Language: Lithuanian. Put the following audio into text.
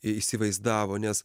įsivaizdavo nes